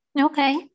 Okay